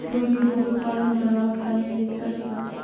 रोहिणी दूध उत्पादन बढ़व्वार तने रिसर्च करछेक